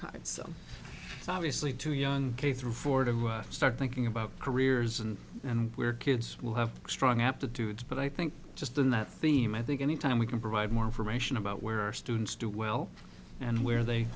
card so obviously too young k through four to start thinking about careers and and where kids will have a strong aptitude but i think just in that theme i think anytime we can provide more information about where our students do well and where they